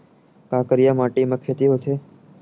का करिया माटी म खेती होथे?